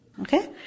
Okay